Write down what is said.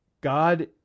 God